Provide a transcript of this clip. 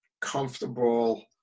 comfortable